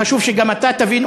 חשוב שגם אתה תבין.